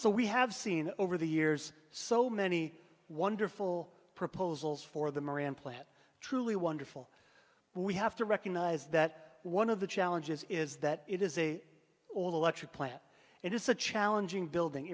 so we have seen over the years so many wonderful proposals for the moran plant truly wonderful we have to recognize that one of the challenges is that it is a all electric plant it is a challenging building